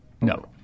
No